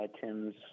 Tim's